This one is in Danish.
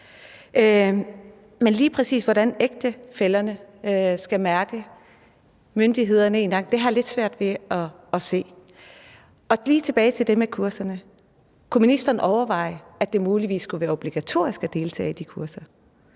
Men lige præcis hvordan ægtefællerne skal mærke myndighederne i nakken, har jeg lidt svært ved at se. Og i forhold til det med kurserne kunne ministeren så overveje, at det muligvis skulle være obligatorisk at deltage i de kurser